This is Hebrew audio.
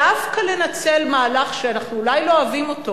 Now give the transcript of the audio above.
דווקא לנצל מהלך שאנחנו אולי לא אוהבים אותו,